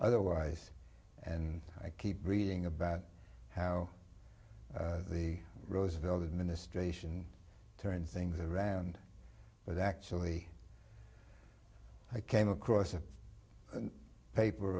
otherwise and i keep reading about how the roosevelt administration turned things around but actually i came across a paper